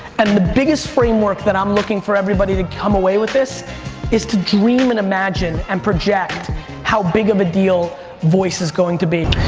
and the biggest framework that i'm looking for everybody to come away with this is to dream and imagine and project how big of a deal voice is going to be.